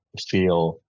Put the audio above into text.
feel